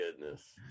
goodness